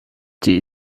die